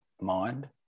mind